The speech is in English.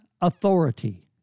authority